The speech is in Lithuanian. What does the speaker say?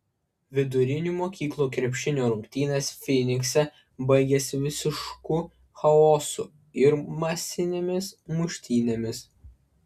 vidurinių mokyklų krepšinio rungtynės fynikse baigėsi visišku chaosu ir masinėmis muštynėmis